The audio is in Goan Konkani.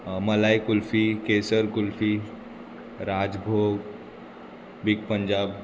मलाय कुल्फी केसर कुल्फी राजभोग बीग पंजाब